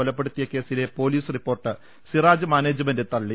കൊലപ്പെടുത്തിയ കേസിലെ police report Siraj management തള്ളി